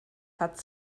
hat